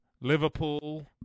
Liverpool